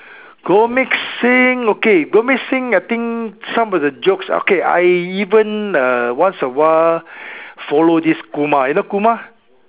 Gurmit-Singh okay Gurmit-Singh I think some of the jokes okay I even uh once a while follow this Kumar you know Kumar